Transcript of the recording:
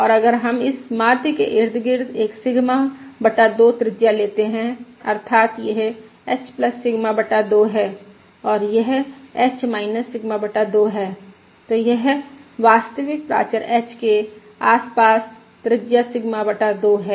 और अगर हम इस माध्य के इर्द गिर्द एक सिग्मा बटा 2 त्रिज्या लेते हैं अर्थात् यह h सिग्मा बटा 2 है और यह h - सिग्मा बटा 2 है तो यह वास्तविक प्राचर h के आसपास त्रिज्या सिग्मा बटा 2 है